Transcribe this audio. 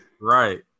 Right